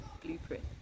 blueprint